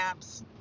apps